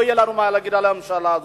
לא יהיה לנו מה להגיד על הממשלה הזאת.